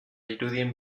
irudien